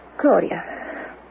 Claudia